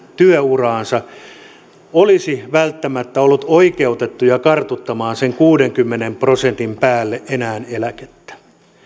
työuraansa olisi välttämättä olleet oikeutettuja kartuttamaan sen kuudenkymmenen prosentin päälle enää eläkettä